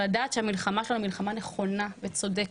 אבל לדעת שהמלחמה שלנו היא נכונה וצודקת.